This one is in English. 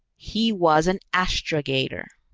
he was an astrogator.